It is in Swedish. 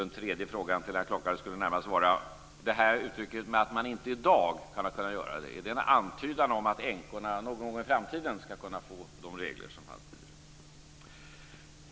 Den tredje frågan till herr Klockare skulle närmast vara: Är detta att man säger att man inte i dag kan genomföra det en antydan om att änkorna någon gång i framtiden skall kunna få de regler som fanns tidigare?